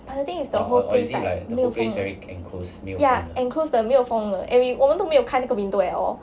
but the thing is the whole place like 没有风的 ya enclosed 的没有风的 and 我们都没有开那个 window at all